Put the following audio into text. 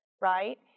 right